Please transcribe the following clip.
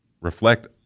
Reflect